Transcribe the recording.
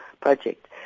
project